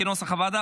כנוסח הוועדה,